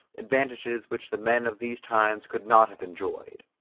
advantages which the men of these times could not have enjoyed.